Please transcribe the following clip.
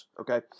Okay